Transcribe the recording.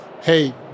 hey